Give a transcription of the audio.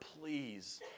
please